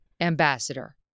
ambassador